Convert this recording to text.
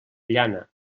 llana